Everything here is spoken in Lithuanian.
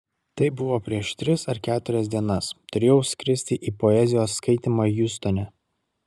tai buvo prieš tris ar keturias dienas turėjau skristi į poezijos skaitymą hjustone